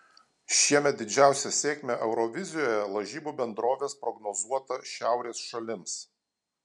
šiemet didžiausią sėkmę eurovizijoje lažybų bendrovės prognozuota šiaurės šalims